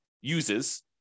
uses